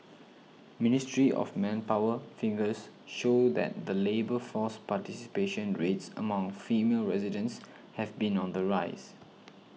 ministry of Manpower figures show that the labour force participation rates among female residents have been on the rise